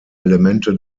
elemente